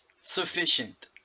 sufficient